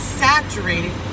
saturated